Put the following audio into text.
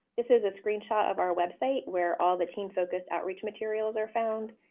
this is a screenshot of our website, where all the teen focused outreach materials are found.